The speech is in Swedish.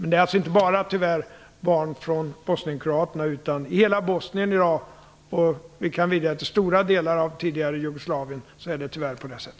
Det gäller alltså tyvärr inte bara för barn till bosnienkroaterna utan i hela Bosnien. Även i stora delar av det tidigare Jugoslavien i övrigt är det tyvärr på samma sätt.